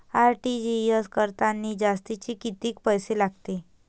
RTGS करतांनी जास्तचे कितीक पैसे लागते?